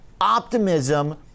optimism